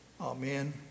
Amen